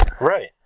Right